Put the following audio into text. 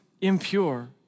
impure